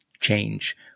change